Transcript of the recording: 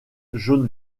jaune